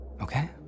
Okay